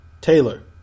Taylor